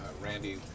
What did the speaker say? Randy